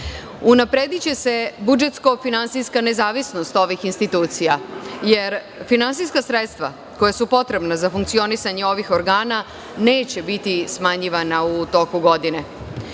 se budžetsko-finansijska nezavisnost ovih institucija jer finansijska sredstva koja su potrebna za funkcionisanje ovih organa neće biti smanjivana u toku